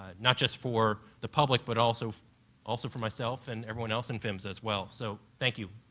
ah not just for the public, but also also for myself and everyone else in phmsa, as well. so thank you.